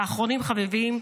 ואחרונים חביבים,